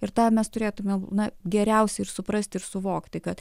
ir tą mes turėtume na geriausiai ir suprasti ir suvokti kad